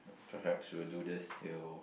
perhaps we will do this till